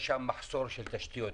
יש שם מחסור בתשתיות.